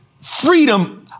freedom